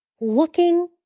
looking